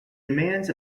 demands